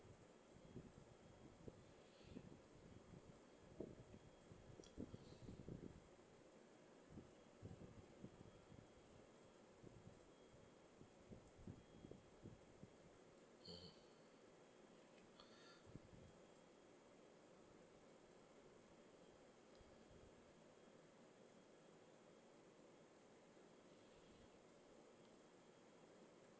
mm